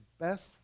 best